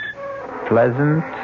pleasant